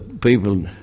people